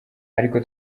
ariko